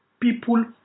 People